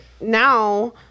Now